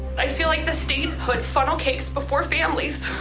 i feel like the state put funnel cakes before families,